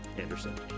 Anderson